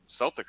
Celtics